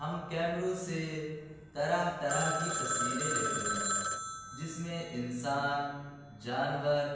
ہم کیمروں سے طرح طرح کی تصویریں لیتے ہیں جس میں انسان جانور